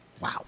Wow